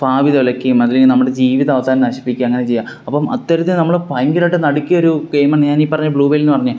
ഭാവി തുലയ്ക്കുകയും അല്ലെങ്കിൽ നമ്മുടെ ജീവിതം അവസാനം നശിപ്പിക്കുകയും അങ്ങനെ ചെയ്യുക അപ്പം അത്തരത്തിൽ നമ്മളെ ഭയങ്കരമായിട്ട് നടുക്കിയൊരു ഗെയിമാണ് ഞാൻ ഈ പറഞ്ഞ ബ്ലൂ വെയിലെന്ന് പറഞ്ഞ